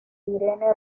irene